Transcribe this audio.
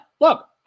look